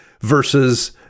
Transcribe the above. versus